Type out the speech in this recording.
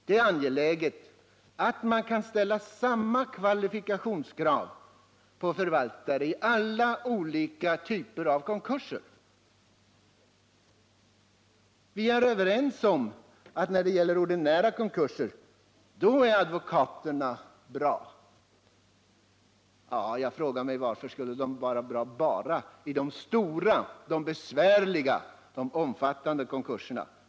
Det är angeläget att man kan ställa samma kvalifikationskrav på förvaltare vid alla olika typer av konkurser. Vi är överens om att advokaterna är bra vid ordinära konkurser. Jag frågar mig varför de skulle vara bra bara vid de stora, besvärliga och omfattande konkurserna.